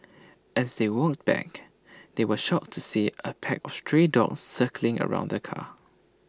as they walked back they were shocked to see A pack of stray dogs circling around the car